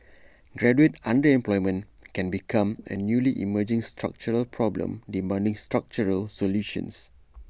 graduate underemployment can become A newly emerging structural problem demanding structural solutions